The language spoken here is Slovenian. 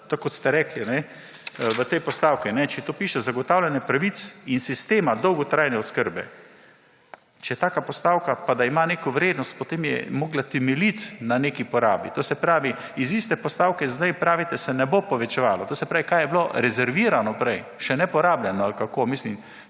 tako kot ste rekli, v tej postavki. Če to piše, zagotavljanje pravic iz sistema dolgotrajne oskrbe, če je taka postavka, pa da ima neko vrednost, potem je morala temeljiti na neki porabi. To se pravi, iz iste postavke, zdaj pravite, se ne bo povečevalo. To se pravi, kaj? Je bilo rezervirano prej, še ne porabljeno ali kako? Mislim,